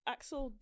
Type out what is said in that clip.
Axel